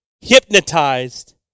hypnotized